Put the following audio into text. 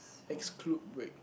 exclude break